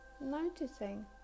noticing